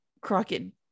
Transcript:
crockett